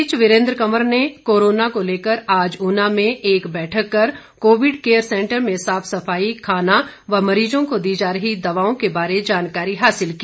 इस बीच वीरेन्द्र कंवर ने कोरोना को लेकर आज ऊना में एक बैठक कर कोविड केयर सेंटर में साफ सफाई खाना व मरीजों को दी जा रही दवाओं के बारे जानकारी हासिल की